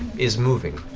is moving.